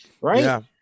right